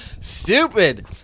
Stupid